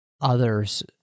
others